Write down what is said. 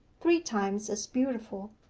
three times as beautiful.